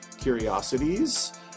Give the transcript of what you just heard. curiosities